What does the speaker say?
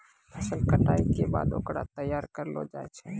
फसल कटाई के बाद होकरा तैयार करलो जाय छै